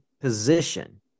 position